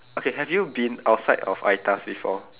okay have you been outside of ITAS before